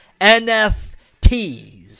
nfts